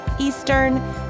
eastern